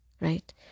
right